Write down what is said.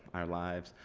our lives,